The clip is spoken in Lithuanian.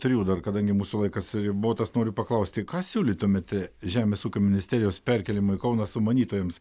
trijų dar kadangi mūsų laikas ribotas noriu paklausti ką siūlytumėte žemės ūkio ministerijos perkėlimo į kauną sumanytojams